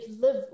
live